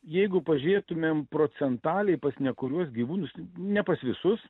jeigu pažiūrėtumėm procentaliai pas nekuriuos gyvūnus ne pas visus